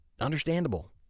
understandable